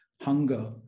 hunger